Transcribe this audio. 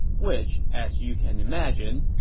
which, as you can imagine,